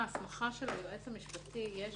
בהסמכה של היועץ המשפטי יש